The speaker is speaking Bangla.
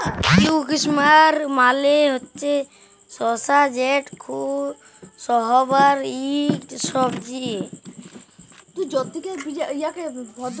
কিউকাম্বার মালে হছে শসা যেট খুব স্বাস্থ্যকর ইকট সবজি